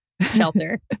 shelter